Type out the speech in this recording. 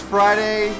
Friday